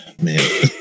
Man